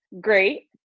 great